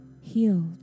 healed